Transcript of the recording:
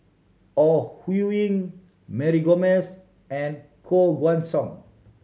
Ore Huiying Mary Gomes and Koh Guan Song